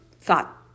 thought